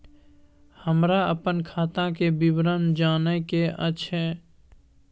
हमरा अपन खाता के विवरण जानय के अएछ?